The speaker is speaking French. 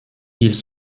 ils